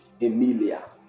Emilia